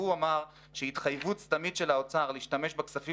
הוא אמר שהתחייבות סתמית של האוצר להשתמש בכספים